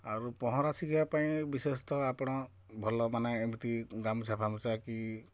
ଆରୁ ପହଁରା ଶିଖିବା ପାଇଁ ବିଶେଷତଃ ଆପଣ ଭଲ ମାନେ ଏମିତି ଗାମୁଛା ଫାମୁଚା କି